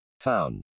Found